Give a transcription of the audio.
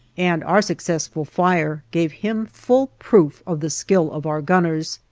and our successful fire gave him full proof of the skill of our gunners.